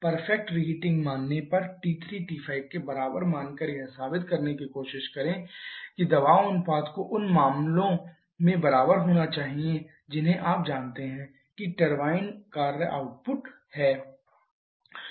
perfect reheating मानने पर T3 T5 के बराबर मानकर यह साबित करने की कोशिश करें कि दबाव अनुपात को उन दोनों मामलों में बराबर होना चाहिए जिन्हें आप जानते हैं कि टरबाइन कार्य आउटपुट है